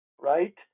right